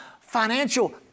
financial